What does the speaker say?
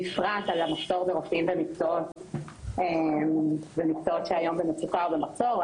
בפרט על המחסור ברופאים במקצועות שנמצאים היום במצוקה או במחסור.